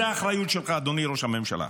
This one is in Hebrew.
זאת האחריות שלך, אדוני ראש הממשלה.